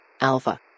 Alpha